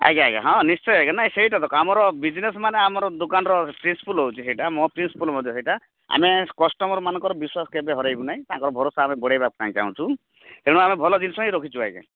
ଆଜ୍ଞା ଆଜ୍ଞା ହଁ ନିଶ୍ଚୟ ଆଜ୍ଞା ନାଇଁ ସେଇଟା ଦେଖ ଆମର ବିଜନେସ୍ ମାନେ ଆମ ଦୁକାନର ପ୍ରିନ୍ସପୁଲ୍ ହେଉଛି ସେଇଟା ମୋ ପ୍ରିନ୍ସପୁଲ୍ ମଧ୍ୟ ସେଇଟା ଆମେ କଷ୍ଟମର୍ମାନଙ୍କର ବିଶ୍ୱାସ କେବେ ହରେଇବୁ ନାଇଁ ତାଙ୍କ ଭରସା ବଢ଼େଇବା ପାଇଁ ଚାହୁଁଛୁ ତେଣୁ ଆମେ ଭଲ ଜିନିଷ ହିଁ ରଖୁଛୁ ଆଜ୍ଞା